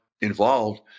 involved